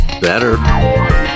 better